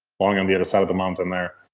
long on the other side of the mountain there.